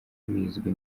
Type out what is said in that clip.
bizwi